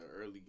early